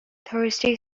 thursday